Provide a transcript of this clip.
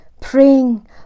praying